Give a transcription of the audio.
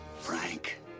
Frank